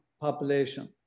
population